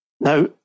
Now